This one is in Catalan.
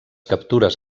captures